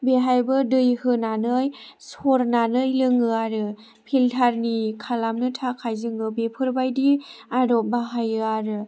बेवहायबो दै होनानै सरनानै लोङो आरो फिल्टारनि खालामनो थाखाय जोङो बेफोरबायदि आदब बाहायो आरो